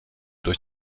durch